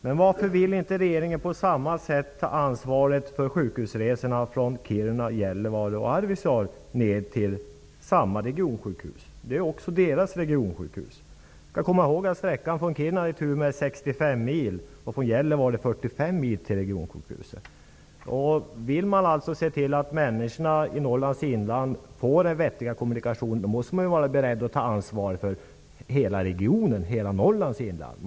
Men varför vill inte regeringen på samma sätt ta ansvar för sjukhusresorna från Kiruna, Gällivare och Arvidsjaur ner till samma regionsjukhus? Det är också deras regionsjukhus. Sträckan från Kiruna ner till Umeå är 65 mil. Från Gällivare är det 45 mil till regionsjukhuset. Om man vill se till att människorna i Norrlands inland får vettiga kommunikationer måste man vara beredd att ta ansvar för hela regionen, dvs. hela Norrlands inland.